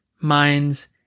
minds